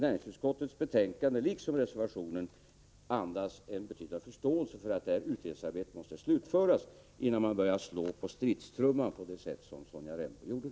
Näringsutskottets uttalande, liksom reservationen, andas en betydande förståelse för att detta utredningsarbete måste få slutföras, innan man börjar slå på stridstrumman på det sätt som Sonja Rembo gjorde.